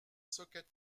socket